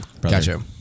Gotcha